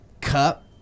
cup